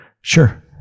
Sure